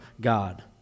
God